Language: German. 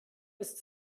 ist